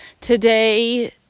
Today